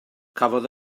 cafodd